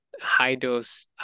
high-dose